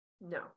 no